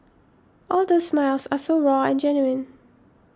all those smiles are so raw and genuine